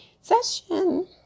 session